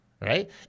Right